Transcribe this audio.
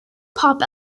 pop